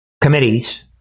committees